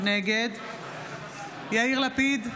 נגד יאיר לפיד,